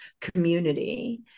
community